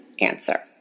answer